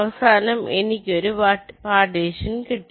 അവസാനം എനിക്കൊരു ഒരു പാർട്ടീഷൻ കിട്ടി